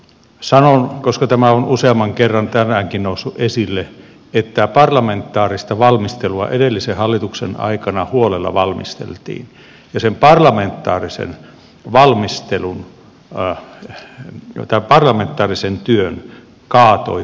sanon koska tämä on useamman kerran tänäänkin noussut esille että parlamentaarista valmistelua edellisen hallituksen aikana huolella valmisteltiin ja sen parlamentaarisen työn kaatoi kokoomuksen johto